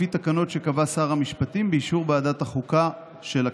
לפי תקנות שקבע שר המשפטים באישור ועדת החוקה של הכנסת.